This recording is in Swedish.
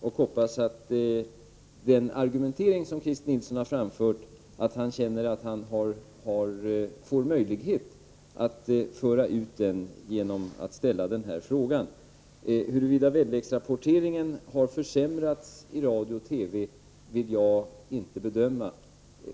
Jag hoppas att Christer Nilsson känner att han har fått möjlighet att föra ut sin argumentering genom att ställa den här frågan. Jag vill inte bedöma huruvida väderrapporteringen har försämrats i radio och TV.